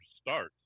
start